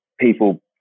people